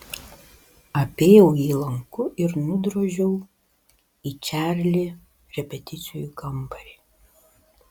apėjau jį lanku ir nudrožiau į čarli repeticijų kambarį